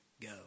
go